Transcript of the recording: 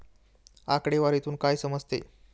आकडेवारीतून काय समजते?